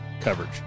coverage